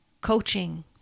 Coaching